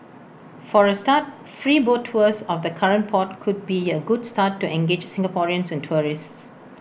for A start free boat tours of the current port could be A good start to engage Singaporeans and tourists